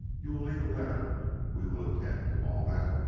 you will leave a letter we will attend to all that.